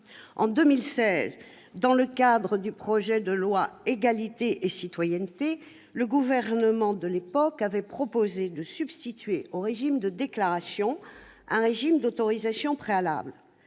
En 2016, dans le cadre du projet de loi relatif à l'égalité et à la citoyenneté, le gouvernement de l'époque avait proposé de substituer, au régime de déclaration, un régime d'autorisation préalable.